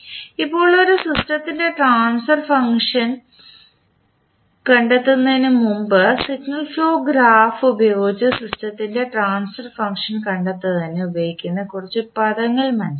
ഇപ്പോൾ ഒരു സിസ്റ്റത്തിൻറെ ട്രാൻസ്ഫർ ഫംഗ്ഷൻ കണ്ടെത്തുന്നതിന് മുമ്പ് സിഗ്നൽ ഫ്ലോ ഗ്രാഫ് ഉപയോഗിച്ച് സിസ്റ്റത്തിൻറെ ട്രാൻസ്ഫർ ഫംഗ്ഷൻ കണ്ടെത്തുന്നതിന് ഉപയോഗിക്കുന്ന കുറച്ച് പദങ്ങൾ മനസിലാക്കാം